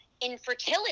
infertility